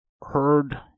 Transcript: heard